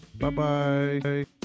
Bye-bye